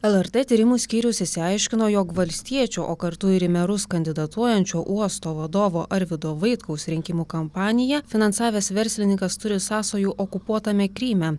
lrt tyrimų skyrius išsiaiškino jog valstiečio o kartu ir į merus kandidatuojančio uosto vadovo arvydo vaitkaus rinkimų kampaniją finansavęs verslininkas turi sąsajų okupuotame kryme